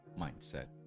mindset